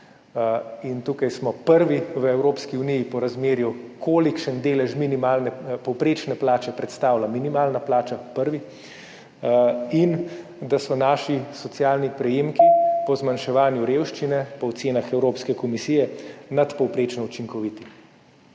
in tukaj smo prvi v Evropski uniji po razmerju, kolikšen delež povprečne plače predstavlja minimalna plača in da so naši socialni prejemki po zmanjševanju revščine po ocenah Evropske komisije nadpovprečno učinkoviti.